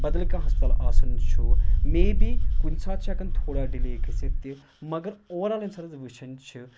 بَدَل کانٛہہ ہسپتال آسان چھُ مے بی کُنہِ ساتہٕ چھُ ہٮ۪کان تھوڑا ڈِلے گٔژھتھ تہِ مگر اوٚوَرآل ییٚمہِ ساتہٕ وٕچھان چھِ